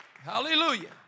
Hallelujah